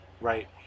right